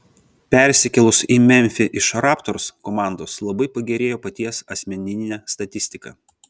persikėlus į memfį iš raptors komandos labai pagerėjo paties asmeninė statistika